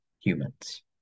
humans